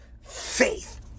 faith